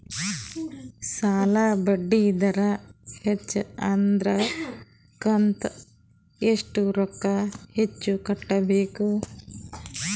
ಸಾಲಾ ಬಡ್ಡಿ ದರ ಹೆಚ್ಚ ಆದ್ರ ಕಂತ ಎಷ್ಟ ರೊಕ್ಕ ಹೆಚ್ಚ ಕಟ್ಟಬೇಕು?